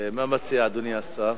מה מציע אדוני השר?